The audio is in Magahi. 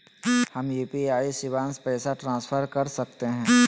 हम यू.पी.आई शिवांश पैसा ट्रांसफर कर सकते हैं?